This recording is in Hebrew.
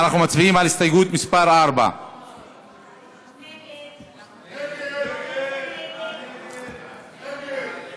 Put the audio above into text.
אנחנו מצביעים על הסתייגות מס' 4. ההסתייגות (4) של קבוצת סיעת מרצ וקבוצת